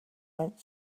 went